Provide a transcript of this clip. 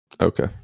Okay